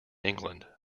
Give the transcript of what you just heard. england